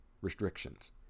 restrictions